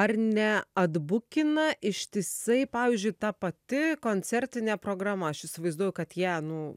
ar ne atbukina ištisai pavyzdžiui ta pati koncertinė programa aš įsivaizduoju kad ją nu